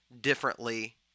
differently